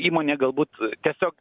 įmonė galbūt tiesiog